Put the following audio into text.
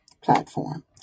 platform